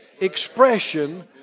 expression